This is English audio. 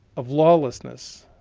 of lawlessness,